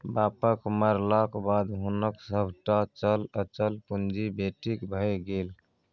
बापक मरलाक बाद हुनक सभटा चल अचल पुंजी बेटीक भए गेल